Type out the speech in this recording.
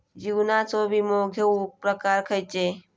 जीवनाचो विमो घेऊक प्रकार खैचे?